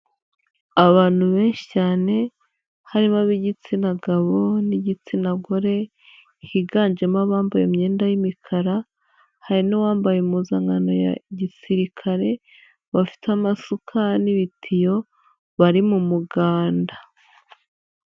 Abantu benshi cyane harimo ab'igitsina gabo n'igitsina gore, higanjemo abambaye imyenda y'imikara, hari n'uwambaye impuzankano ya gisirikare bafite amasukari n'ibitiyo, bari mu muganda.